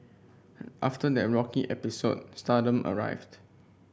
after that rocky episode stardom arrived